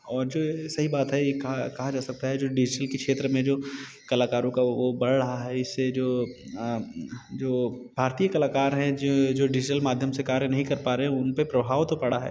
और जो सही बात है ये कहा कहा जा सकता है जो डीसिल के क्षेत्र में जो कलाकारों का वो बढ़ रहा है इससे जो जो भारतीय कलाकार हैं जाे जो डिज़िटल माध्यम से कार्य नहीं कर पा रहें उन पर प्रभाव तो पड़ा है